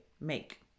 make